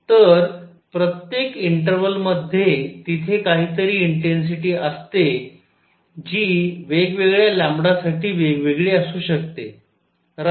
तर प्रत्येक इन्टर्वल मध्ये तिथे काहीतरी इंटेन्सिटी असते जी वेगवेगळ्या साठी वेगवेगळी असू शकते राईट